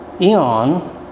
Eon